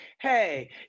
hey